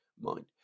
mind